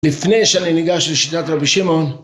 לפני שאני ניגש לשיטת רבי שמעון